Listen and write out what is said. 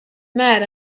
mad